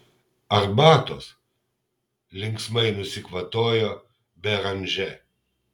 arbatos linksmai nusikvatojo beranžė